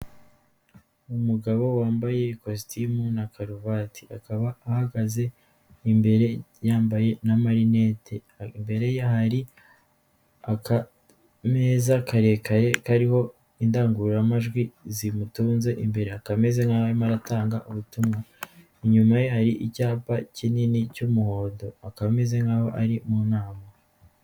Umugabo wambaye ikositimu na karuvati, akaba ahagaze imbere yambaye na marinete. Imbere hari aka meza karerekare kariho indangururamajwi zimutunze imbere, aka abemeze maze nkaho arigutanga ubutumwa. Inyuma ye hari icyapa kinini cy'umuhondo akaba ameze nk'aho ari mu nama.